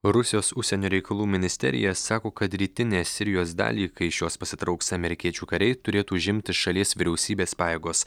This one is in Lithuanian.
rusijos užsienio reikalų ministerija sako kad rytinę sirijos dalį kai iš jos pasitrauks amerikiečių kariai turėtų užimti šalies vyriausybės pajėgos